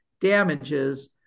damages